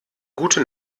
gute